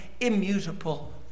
immutable